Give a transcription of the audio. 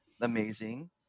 amazing